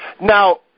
Now